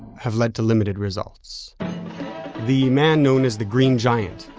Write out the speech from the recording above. have lead to limited results the man known as the green giant,